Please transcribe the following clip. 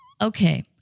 okay